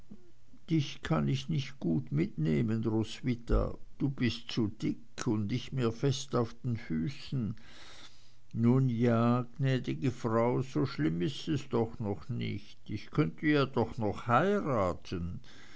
dich kann ich nicht gut mitnehmen roswitha du bist zu dick und nicht mehr fest auf den füßen nu gnäd'ge frau so schlimm ist es doch noch nicht ich könnte ja doch noch heiraten